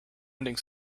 ending